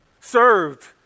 served